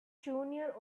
junior